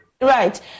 Right